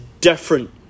different